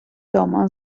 дома